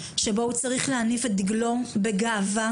שבה הוא צריך להניף את דגלו בגאווה,